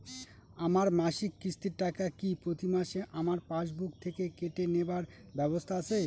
আমার মাসিক কিস্তির টাকা কি প্রতিমাসে আমার পাসবুক থেকে কেটে নেবার ব্যবস্থা আছে?